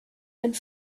and